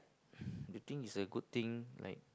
do you think it's a good thing like